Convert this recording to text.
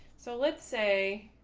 so let's say.